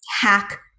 hack